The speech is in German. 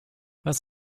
was